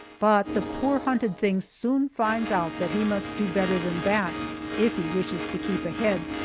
but the poor hunted thing soon finds out that he must do better than that if he wishes to keep ahead,